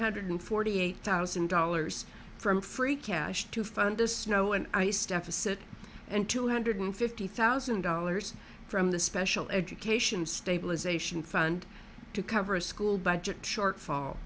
hundred forty eight thousand dollars from free cash to fund the snow and ice deficit and two hundred fifty thousand dollars from the special education stabilization fund to cover a school budget shortfall